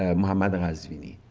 um um and qazvini,